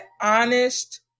honest